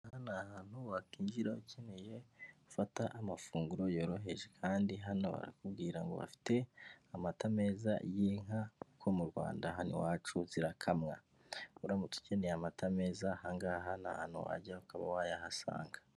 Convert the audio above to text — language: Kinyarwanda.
Hano ni ahantu wakinjira ukeneye gufata amafunguro yoroheje, kandi hano arakubwira ngo bafite amata meza y'inka kuko mu Rwanda hano iwacu zirakamwa. Uramutse ukeneye amata meza, aha ngagaha ni ahantu wajya ukaba wayahasanga.